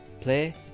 play